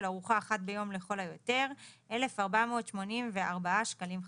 ארוחה אחת ביום לכל היותר - 1,484 שקלים חדשים.